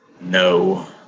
No